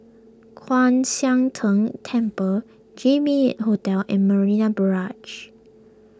Kwan Siang Tng Temple Jimy Hotel and Marina Barrage